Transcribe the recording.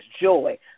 joy